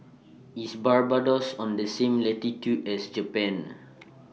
IS Barbados on The same latitude as Japan